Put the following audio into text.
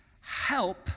help